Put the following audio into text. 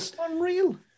Unreal